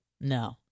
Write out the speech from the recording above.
No